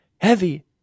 Heavy